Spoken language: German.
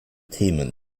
themen